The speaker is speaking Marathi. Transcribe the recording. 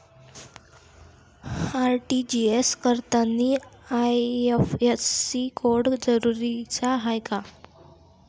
आर.टी.जी.एस करतांनी आय.एफ.एस.सी कोड जरुरीचा हाय का?